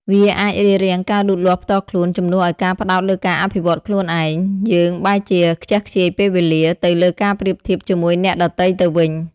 វាអាចរារាំងការលូតលាស់ផ្ទាល់ខ្លួន ជំនួសឲ្យការផ្តោតលើការអភិវឌ្ឍខ្លួនឯង យើងបែរជាខ្ជះខ្ជាយពេលវេលា ទៅលើការប្រៀបធៀបជាមួយអ្នកដទៃទៅវិញ។